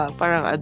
parang